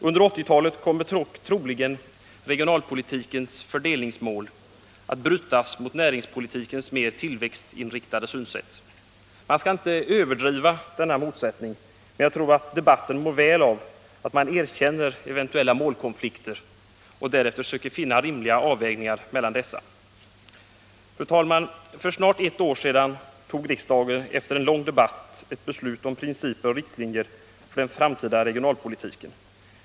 Under 1980-talet kommer troligen regionalpolitikens fördelningsmål att brytas mot näringspolitikens mer tillväxtinriktade synsätt. Man skall inte överdriva denna motsättning, men jag tror att debatten mår väl av att man erkänner eventuella målkonflikter och därefter söker finna rimliga avvägningar mellan dessa. Fru talman! För snart ett år sedan fattade riksdagen efter en lång debatt ett beslut om principer och riktlinjer för den framtida regionalpolitiken.